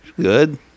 good